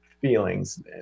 feelings